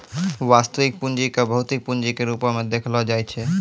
वास्तविक पूंजी क भौतिक पूंजी के रूपो म देखलो जाय छै